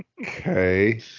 Okay